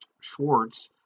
Schwartz